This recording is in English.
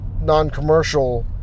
non-commercial